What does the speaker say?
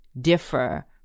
differ